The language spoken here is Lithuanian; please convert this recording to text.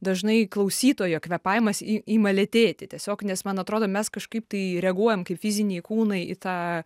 dažnai klausytojo kvėpavimas i ima lėtėti tiesiog nes man atrodo mes kažkaip tai reaguojam kaip fiziniai kūnai į tą